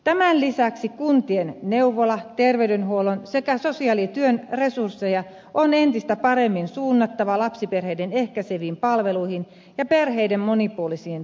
tämän lisäksi kuntien neuvola terveydenhuollon sekä sosiaalityön resursseja on entistä paremmin suunnattava lapsiperheiden ehkäiseviin palveluihin ja perheiden monipuoliseen tukemiseen